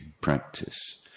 practice